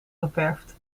geverfd